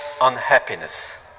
unhappiness